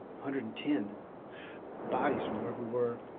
hundred and ten bodies from where we were